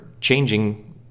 changing